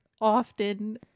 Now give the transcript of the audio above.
often